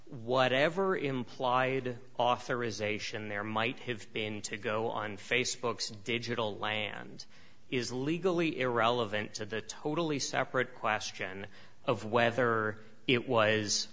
whatever implied authorisation there might have been to go on facebook's digital land is legally irrelevant to the totally separate question of whether it was